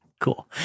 Cool